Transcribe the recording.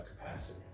capacity